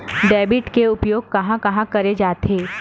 Debit के उपयोग कहां कहा करे जाथे?